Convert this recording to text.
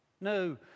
No